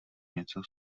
něco